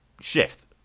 shift